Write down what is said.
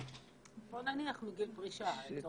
בוא נניח מגיל פרישה לצורך העניין.